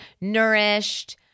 nourished